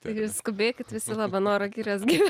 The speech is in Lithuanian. taigi skubėkit visi labanoro girios gyven